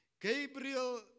Gabriel